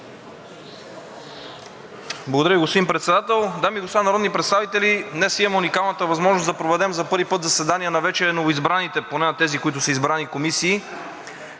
Благодаря Ви, господин Председател. Дами и господа народни представители! Днес имаме уникалната възможност да проведем за първи път заседания на вече новоизбраните – поне на тези, които са избрани – комисии,